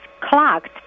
clogged